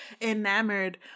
enamored